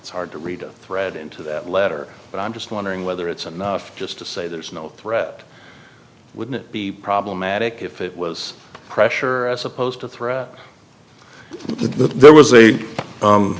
r hard to read a thread into that letter but i'm just wondering whether it's enough just to say there's no threat would it be problematic if it was pressure as opposed to threat so there was a